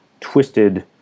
twisted